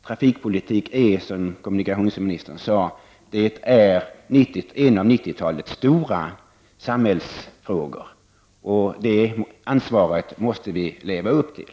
Trafikpolitiken är, som kommunikationsministern sade, en av 90-talets stora samhällsfrågor, och det ansvaret måste vi leva upp till.